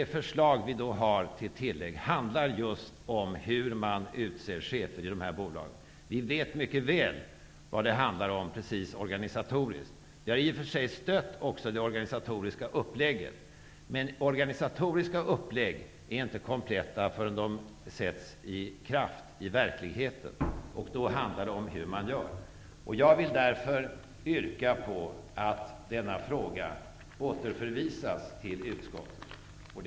Det förslag vi har till tillägg handlar just om hur man utser chefer i dessa bolag. Vi vet mycket väl vad det handlar om organisatoriskt. Vi har i och för sig också stött det organisatoriska upplägget. Men organisatoriska upplägg är inte kompletta förrän de sätts i kraft i verkligheten, och då handlar det om hur man gör. Jag vill därför yrka på att denna fråga återförvisas till utskottet.